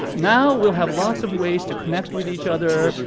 now, we'll have lots of ways to connect with each other,